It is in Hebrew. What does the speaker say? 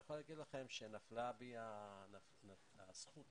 אני רוצה לומר לכם שנפלה בחלקי הזכות